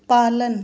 पालन